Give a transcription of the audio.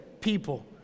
people